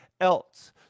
else